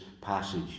passage